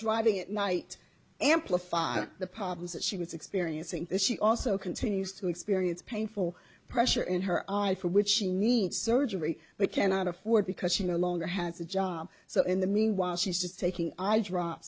driving at night amplified the problems that she was experiencing she also continues to experience painful pressure in her eye for which she needs surgery but cannot afford because she no longer has a job so in the meanwhile she says taking i drop